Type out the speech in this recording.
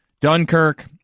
Dunkirk